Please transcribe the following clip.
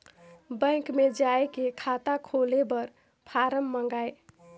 Bank मे जाय के खाता खोले बर फारम मंगाय?